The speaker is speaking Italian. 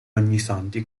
ognissanti